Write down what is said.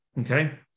Okay